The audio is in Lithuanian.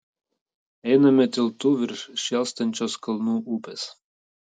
einame tiltu virš šėlstančios kalnų upės